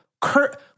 Kurt